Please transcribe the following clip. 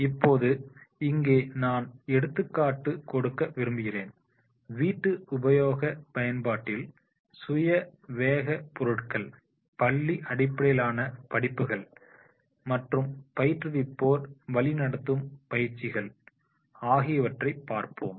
இப்போது இங்கே நான் ஒரு எடுத்துக்காட்டு கொடுக்க விரும்புகிறேன் வீட்டு உபயோக பயன்பாட்டில் சுய வேக பொருட்கள் பள்ளி அடிப்படையிலான படிப்புகள் மற்றும் பயிற்றுவிப்பாளர் வழிநடத்தும் பயிற்சிகள் ஆகியவற்றை பார்ப்போம்